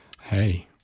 Hey